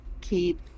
keep